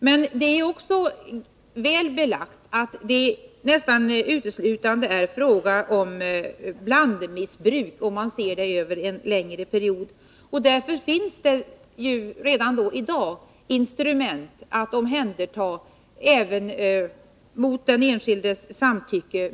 Men det är också väl belagt att det, om man ser det över en längre period, nästan uteslutande är fråga om blandmissbruk. Därför finns det redan i dag genom LVM instrument för att omhänderta även mot den enskildes samtycke.